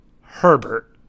Herbert